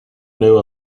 knew